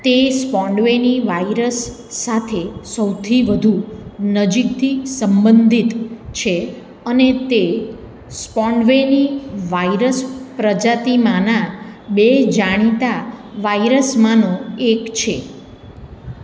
તે Spondweni virus સાથે સૌથી વધુ નજીકથી સંબંધિત છે અને તે સપોન્ડવેની વાયરસ પ્રજાતિમાંના બે જાણીતા વાયરસમાંનો એક છે